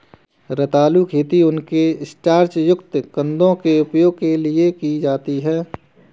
रतालू खेती उनके स्टार्च युक्त कंदों के उपभोग के लिए की जाती है